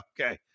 Okay